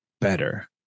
better